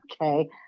Okay